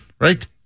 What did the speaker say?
right